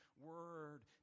word